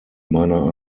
meiner